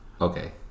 okay